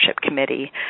committee